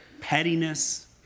pettiness